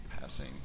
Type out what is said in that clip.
passing